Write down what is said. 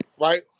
right